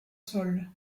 sol